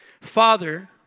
Father